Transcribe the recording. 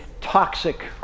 toxic